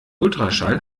ultraschall